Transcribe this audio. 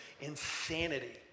insanity